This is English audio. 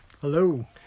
Hello